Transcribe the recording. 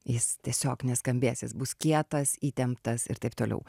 jis tiesiog neskambės jis bus kietas įtemptas ir taip toliau